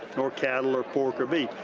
nor cattle or pork or beef.